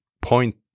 point